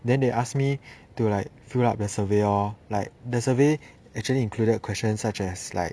then they ask me to like fill up the survey lor like the survey actually included questions such as like